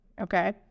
Okay